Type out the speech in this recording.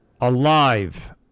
Alive